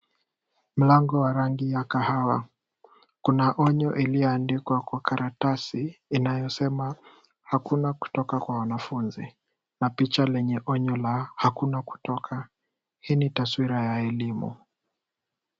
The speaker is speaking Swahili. Mlango wa rangi ya kahawa. Kuna onyo iliyoandikwa kwa karatasi inayosema, hakuna kutoka kwa wanafunzi na picha lenye onyo la hakuna kutoka. Hii ni taswira ya elimu.